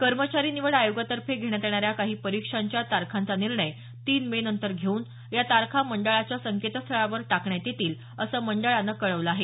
कर्मचारी निवड आयोगातर्फे घेण्यात येणाऱ्या काही परिक्षांच्या तारखांचा निर्णय तीन मे नंतर घेऊन या तारखा मंडळाच्या संकेतस्थळावर टाकण्यात येतील असं मंडळानं कळवलं आहे